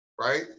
right